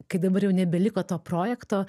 kai dabar jau nebeliko to projekto